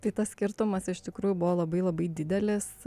tai tas skirtumas iš tikrųjų buvo labai labai didelis